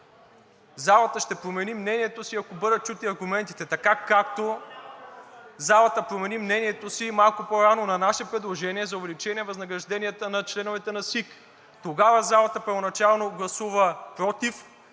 залата ще промени мнението си, ако бъдат чути аргументите така, както залата промени мнението си малко по-рано на наше предложение за увеличение възнагражденията на членовете на СИК, тогава залата първоначално гласува против,